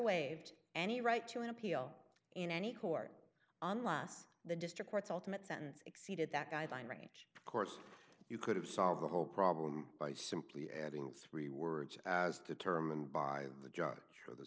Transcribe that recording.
waived any right to an appeal in any court unless the district court's ultimate sentence exceeded that guideline range of course you could have solved the whole problem by simply adding three words as determined by the judge or the